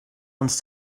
uns